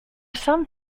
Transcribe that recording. some